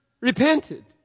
repented